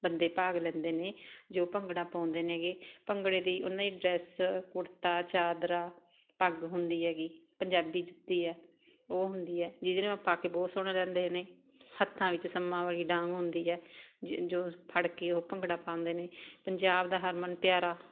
ਬੰਦੇ ਭਾਗ ਲੈਂਦੇ ਨੇ ਜੋ ਭੰਗੜਾ ਪਾਉਂਦੇ ਨੇਗੇ ਭੰਗੜੇ ਦੀ ਉਹਨਾਂ ਦੀ ਡਰੈਸ ਕੁੜਤਾ ਚਾਦਰਾ ਪੱਗ ਹੁੰਦੀ ਹੈਗੀ ਪੰਜਾਬੀ ਜੁੱਤੀ ਹੈ ਉਹ ਹੁੰਦੀ ਹੈ ਜਿਹਦੇ ਨਾਲ ਪਾ ਕੇ ਬਹੁਤ ਸੋਹਣਾ ਰਹਿੰਦੇ ਨੇ ਹੱਥਾਂ ਵਿੱਚ ਸੰਮਾਂ ਵਾਲੀ ਡਾਂਗ ਹੁੰਦੀ ਹੈ ਜੋ ਫੜ ਕੇ ਉਹ ਭੰਗੜਾ ਪਾਉਂਦੇ ਨੇ ਪੰਜਾਬ ਦਾ ਹਰਮਨ ਪਿਆਰਾ